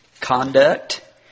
conduct